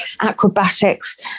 acrobatics